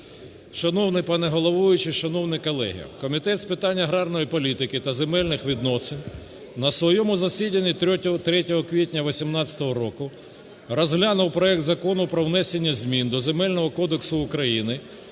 Шановний пане головуючий, шановні колеги! Комітет з питань аграрної політики та земельних відносин на своєму засіданні 3 квітня 2018 року розглянув проект Закону про внесення змін до Земельного кодексу України